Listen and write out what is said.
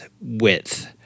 width